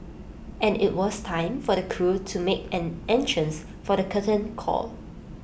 and IT was time for the crew to make an entrance for the curtain call